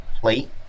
plate